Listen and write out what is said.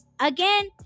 Again